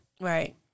Right